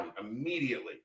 immediately